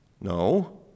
No